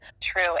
True